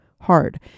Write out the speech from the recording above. hard